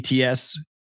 ATS